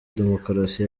demokarasi